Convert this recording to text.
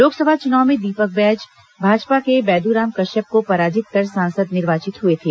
लोकसभा चुनाव में दीपक बैज भाजपा के बैद्राम कश्यप को पराजित कर सांसद निर्वाचित हुए थे